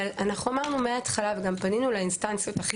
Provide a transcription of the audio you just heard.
אמרנו מן ההתחלה וגם פנינו לאינסטנציות הכי